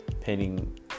painting